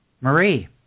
Marie